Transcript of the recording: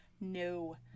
No